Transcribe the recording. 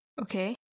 Okay